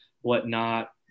whatnot